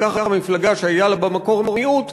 וככה, מפלגה שהיה לה במקור מיעוט,